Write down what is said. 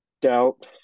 doubt